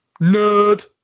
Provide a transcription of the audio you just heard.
Nerd